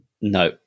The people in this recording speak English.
No